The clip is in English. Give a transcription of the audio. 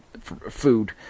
food